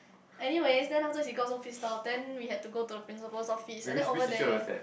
anyways then afterward he got so pissed off then we had to go the principle's office and then over there